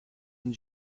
and